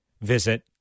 visit